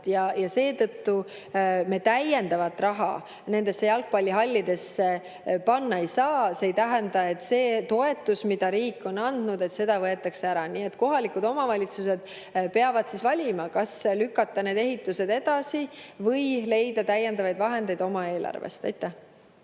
Seetõttu me täiendavat raha nendesse jalgpallihallidesse panna ei saa. See ei tähenda, et see toetus, mida riik on andnud, võetakse ära. Nii et kohalikud omavalitsused peavad valima, kas lükata need ehitused edasi või leida täiendavaid vahendeid oma eelarvest. Aitäh!